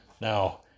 Now